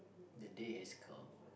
the day has come